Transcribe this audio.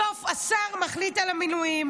בסוף השר מחליט על המינויים.